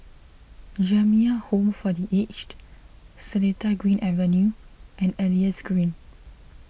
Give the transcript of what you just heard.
Jamiyah Home for the Aged Seletar Green Avenue and Elias Green